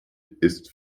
ist